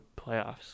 playoffs